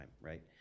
right